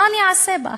מה אני אעשה בה.